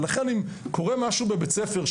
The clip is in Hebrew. לכן אם קורה משהו בבית ספר,